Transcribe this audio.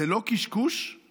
זה לא קשקוש /